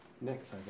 next